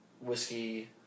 whiskey